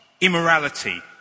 immorality